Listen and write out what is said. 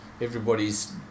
everybody's